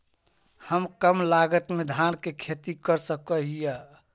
हम कम लागत में धान के खेती कर सकहिय?